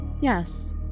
Yes